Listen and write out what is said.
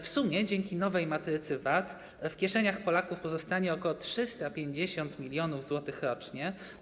W sumie dzięki nowej matrycy VAT w kieszeniach Polaków pozostanie ok. 350 mln zł rocznie.